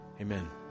amen